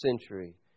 century